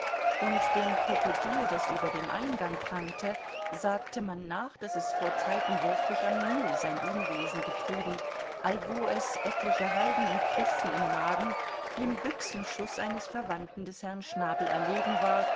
und dem krokodil das über dem eingang prangte sagte man nach daß es vorzeiten wirklich am nil sein unwesen getrieben allwo es etliche heiden und christen im magen dem büchsenschuß eines verwandten des herrn schnabel erlegen war